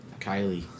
Kylie